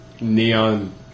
neon